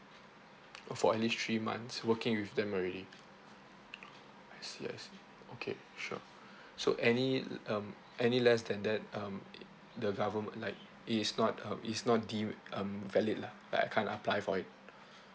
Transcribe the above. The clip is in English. for at least three months working with them already I see I see okay sure so any um any less than that um the governme~ like it is not um is not the um valid lah like I can't apply for it